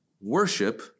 worship